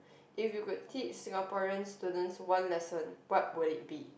if you could teach Singaporeans student one lesson what would it be